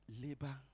Labor